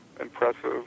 impressive